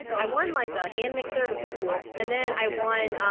i won like a hand mixer, which was cool. and then i won, um,